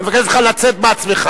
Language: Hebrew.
אני מבקש אותך לצאת בעצמך.